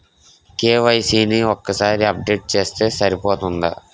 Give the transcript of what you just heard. KYC ని ఒక్కసారి update చేస్తే సరిపోతుందా?